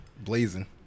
blazing